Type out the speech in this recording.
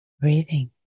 Breathing